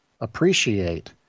appreciate